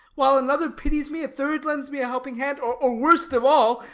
while another pities me, a third lends me a helping hand, or worst of all,